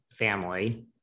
family